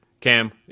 Cam